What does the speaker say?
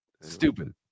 Stupid